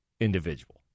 individual